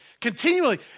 continually